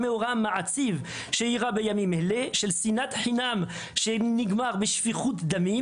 וגרשו שנאת חינם מתוככם.